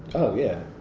oh yeah,